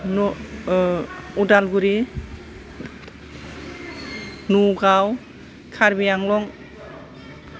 Udalguri Nagaon Karbi Anglong